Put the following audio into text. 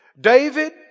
David